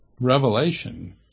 revelation